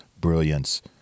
brilliance